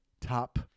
top